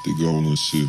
tai gaunasi